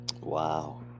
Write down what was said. Wow